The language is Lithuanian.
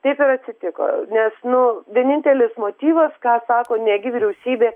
taip ir atsitiko nes nu vienintelis motyvas ką sako negi vyriausybė